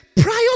prior